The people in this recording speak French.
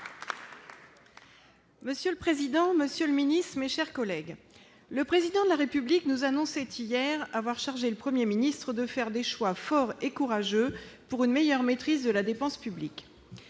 Monsieur le président, monsieur le ministre, mes chers collègues, le Président de la République nous annonçait hier avoir chargé le Premier ministre de faire des choix forts et courageux pour une meilleure maîtrise de la dépense publique.